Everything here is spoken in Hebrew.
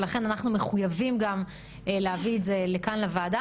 לכן, אנחנו גם מחויבים להביא את זה לכאן לוועדה.